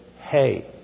hey